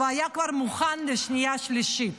וכבר היה מוכן לקריאה שנייה ושלישית.